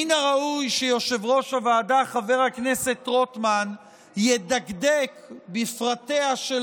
מן הראוי שיושב-ראש הוועדה חבר הכנסת רוטמן ידקדק בפרטיה של